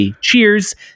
cheers